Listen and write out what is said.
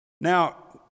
Now